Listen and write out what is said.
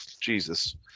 Jesus